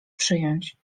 przyjąć